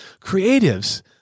creatives